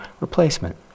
replacement